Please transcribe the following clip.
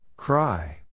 Cry